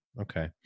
Okay